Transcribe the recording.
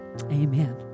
Amen